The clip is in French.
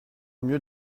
mieux